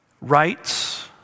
Rights